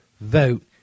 vote